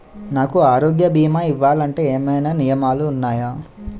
నాకు ఆరోగ్య భీమా ఇవ్వాలంటే ఏమైనా నియమాలు వున్నాయా?